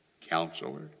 Counselor